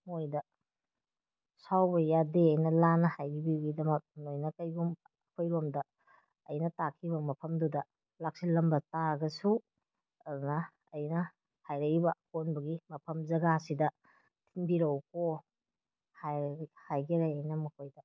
ꯃꯣꯏꯗ ꯁꯥꯎꯕ ꯌꯥꯗꯦ ꯑꯩꯅ ꯂꯥꯟꯅ ꯍꯥꯏꯈꯤꯕꯒꯤꯗꯃꯛ ꯅꯣꯏꯅ ꯀꯩꯒꯨꯝꯕ ꯑꯩꯈꯣꯏꯔꯣꯝꯗ ꯑꯩꯅ ꯇꯥꯛꯈꯤꯕ ꯃꯐꯝꯗꯨꯗ ꯂꯥꯛꯁꯤꯟꯂꯝꯕ ꯇꯥꯔꯒꯁꯨ ꯑꯗꯨꯅ ꯑꯩꯅ ꯍꯥꯏꯔꯛꯏꯕ ꯑꯀꯣꯟꯕꯒꯤ ꯃꯐꯝ ꯖꯒꯥꯁꯤꯗ ꯊꯤꯟꯕꯤꯔꯛꯎꯀꯣ ꯍꯥꯏꯈꯔꯦ ꯑꯩꯅ ꯃꯈꯣꯏꯗ